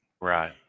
Right